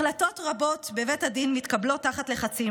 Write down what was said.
החלטות רבות בבית הדין מתקבלות תחת לחצים,